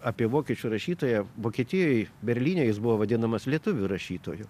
apie vokiečių rašytoją vokietijoj berlyne jis buvo vadinamas lietuvių rašytoju